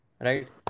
Right